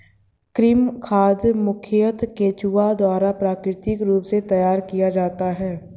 कृमि खाद मुखयतः केंचुआ द्वारा प्राकृतिक रूप से तैयार किया जाता है